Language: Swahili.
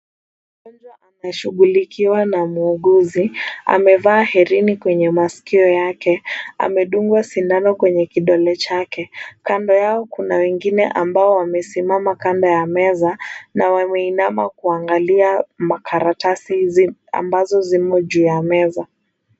Mgonjwa anashughulikiwa na muuguzi. Amevaa herini kwenye masikio yake . Amedungwa sindano kwenye kidole chake. Kando yao kuna wengine ambao wamesimama kando ya meza na wameinama kuangalia makaratasi ambazo zimo juu ya meza.